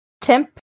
temp